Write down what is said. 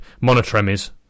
Monotremes